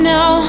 Now